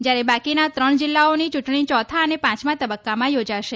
જયારે બાકીના ત્રણ જિલ્લાઓની ચૂંટણી ચોથા અને પાંચમા તબક્કામાં યોજાશે